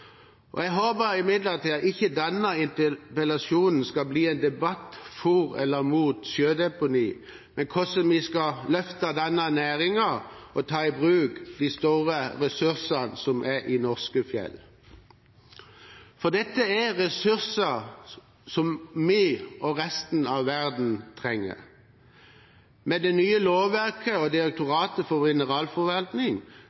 Jeg håper imidlertid at ikke denne interpellasjonen skal bli en debatt for eller mot sjødeponi, men om hvordan vi skal løfte denne næringen og ta i bruk de store ressursene som er i norske fjell, for dette er ressurser som vi og resten av verden trenger. Med det nye lovverket og Direktoratet for mineralforvaltning